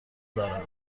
دارم